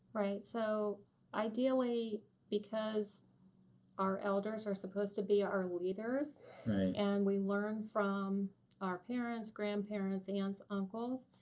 right. so ideally because our elders are supposed to be our leaders and we learn from our parents, grandparents, aunts, uncles.